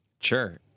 Sure